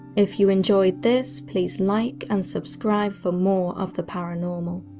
if you enjoyed this, please like and subscribe for more of the paranormal.